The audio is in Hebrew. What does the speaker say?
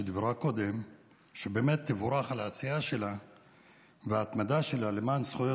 שדיברה קודם ושתבורך על העשייה וההתמדה שלה למען זכויות